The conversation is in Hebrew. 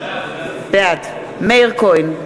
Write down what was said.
בעד מאיר כהן,